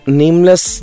nameless